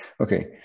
okay